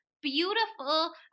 beautiful